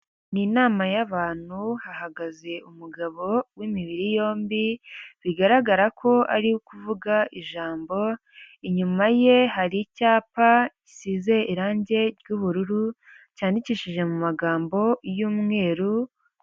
Ni inama y'abantu hahagaze umugabo w'imibiri yombi bigaragara ko ari ukuvuga ijambo inyuma ye hari icyapa gisize irangi ry'ubururu cyandikishije mu magambo y'umweru.